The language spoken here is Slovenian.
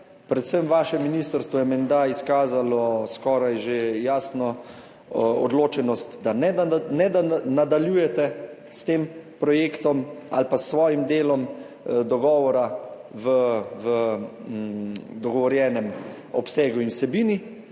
predvsem vaše ministrstvo je menda izkazalo skoraj že jasno odločenost, da ne nadaljujete s tem projektom ali pa s svojim delom dogovora v dogovorjenem obsegu in vsebini,